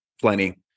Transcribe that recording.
plenty